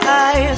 eyes